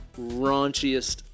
raunchiest